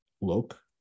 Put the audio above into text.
look